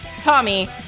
Tommy